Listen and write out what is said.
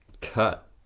Cut